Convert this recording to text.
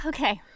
Okay